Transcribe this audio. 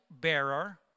bearer